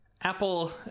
apple